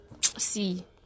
see